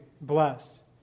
blessed